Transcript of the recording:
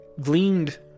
gleaned